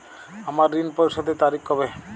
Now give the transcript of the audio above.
আমার ঋণ পরিশোধের তারিখ কবে?